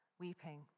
weeping